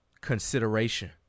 consideration